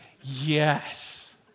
Yes